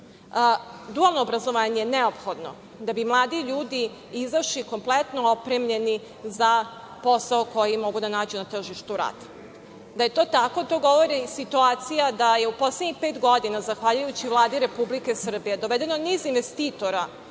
obrazovanje je neophodno da bi mladi ljudi izašli kompletno opremljeni za posao koji mogu da nađu na tržištu rada. Da je to tako to govori i situacija da je u poslednjih pet godina, zahvaljujući Vladi Republike Srbije, dovedeno niz investitora